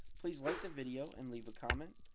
please like the video and leave a comment.